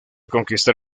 conquistar